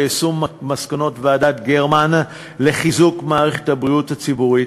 ליישום מסקנות ועדת גרמן לחיזוק מערכת הבריאות הציבורית,